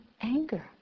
anger